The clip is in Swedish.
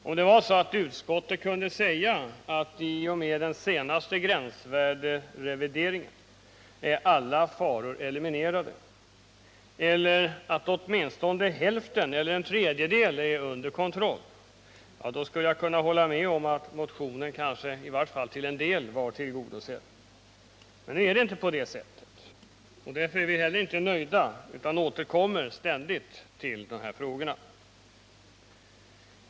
Om utskottet kunde säga att i och med den senaste gränsvärderevideringen är alla faror eliminerade, eller att åtminstone hälften eller en tredjedel är under kontroll, skulle jag kunna hålla med om att motionen kanske till en del var tillgodosedd. Men nu är det inte på det sättet, och därför är vi inte heller nöjda utan återkommer ständigt till dessa frågor.